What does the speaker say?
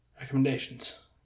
Recommendations